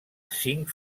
cinc